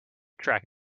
track